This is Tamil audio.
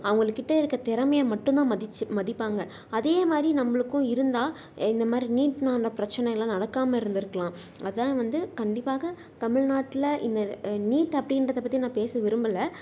அவங்களுக்கிட்ட இருக்க திறமையை மட்டும்தான் மதிச்சு மதிப்பாங்க அதே மாதிரி நம்பளுக்கும் இருந்தால் இந்த மாதிரி நீட்னால் அந்த பிரச்சினை எல்லாம் நடக்காமல் இருந்திருக்கலாம் அதுதான் வந்து கண்டிப்பாக தமிழ்நாட்டில் இந்த நீட் அப்படின்றத பற்றி நான் பேச விரும்பலை